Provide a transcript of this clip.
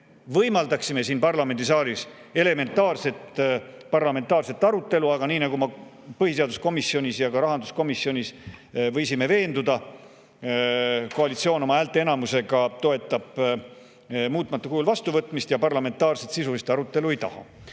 võimaldaksime siin parlamendisaalis elementaarset parlamentaarset arutelu. Aga nii nagu me võisime põhiseaduskomisjoni ja rahanduskomisjoni [istungite põhjal] veenduda, koalitsioon toetab oma häälteenamusega selle muutmata kujul vastuvõtmist ja parlamentaarset sisulist arutelu ei taha.